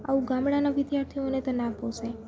આવું ગામડાના વિદ્યાર્થીઓને તો ના પોસાય